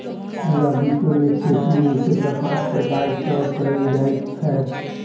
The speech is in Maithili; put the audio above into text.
पूरा विश्व मे खेती मुख्यतः पाँच प्रकार सॅ कयल जाइत छै